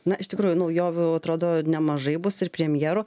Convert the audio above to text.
na iš tikrųjų naujovių atrodo nemažai bus ir premjeru